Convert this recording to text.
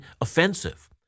offensive